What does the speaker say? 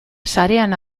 sarean